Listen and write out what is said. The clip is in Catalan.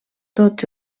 tots